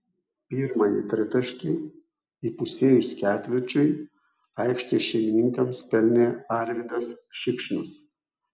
pirmąjį tritaškį įpusėjus ketvirčiui aikštės šeimininkams pelnė arvydas šikšnius